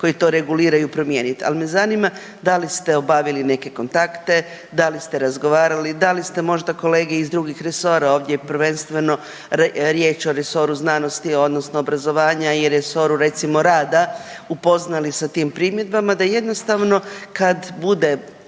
koji to reguliraju promijenit, ali me zanima da li ste obavili neke kontakte, da li ste razgovarali, da li ste možda kolege iz drugih resora ovdje prvenstveno je riječ o resoru znanosti odnosno obrazovanja i resoru recimo rada upoznali s tim primjedbama da jednostavno kad bude